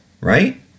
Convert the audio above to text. right